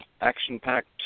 action-packed